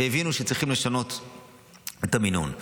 הבינו שהם צריכים לשנות את המינון.